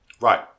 Right